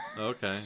Okay